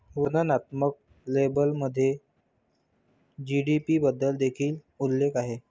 वर्णनात्मक लेबलमध्ये जी.डी.पी बद्दल देखील उल्लेख आहे